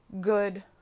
good